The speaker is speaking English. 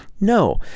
No